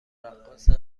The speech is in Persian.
رقاصن